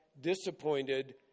disappointed